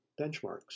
benchmarks